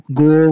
go